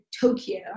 Tokyo